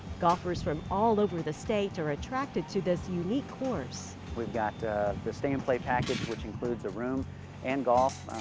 golfers from all over the state are attracted to this unique course. we've got the stay-and-play package which includes a room and golf.